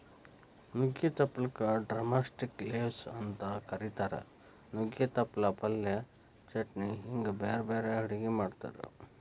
ನುಗ್ಗಿ ತಪ್ಪಲಕ drumstick leaves ಅಂತ ಕರೇತಾರ, ನುಗ್ಗೆ ತಪ್ಪಲ ಪಲ್ಯ, ಚಟ್ನಿ ಹಿಂಗ್ ಬ್ಯಾರ್ಬ್ಯಾರೇ ಅಡುಗಿ ಮಾಡ್ತಾರ